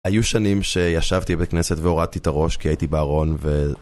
היו שנים שישבתי בכנסת והורדתי את הראש כי הייתי בארון ו...